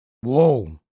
Whoa